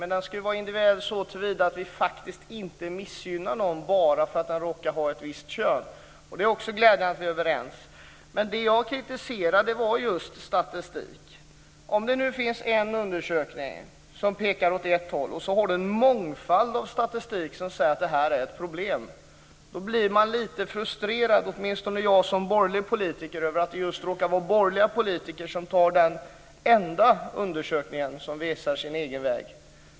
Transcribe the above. Men den ska vara individuell såtillvida att vi faktiskt inte missgynnar någon bara för att den råkar ha ett visst kön. Det är också glädjande att vi är överens. Men jag kritiserade just statistik. Det finns en undersökning som pekar åt ett håll, och det finns en mångfald av statistik som säger att detta är ett problem - då blir jag som borgerlig politiker frustrerad över att det just råkar vara borgerliga politiker som väljer den enda undersökningen som visar sin egen väg.